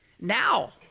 now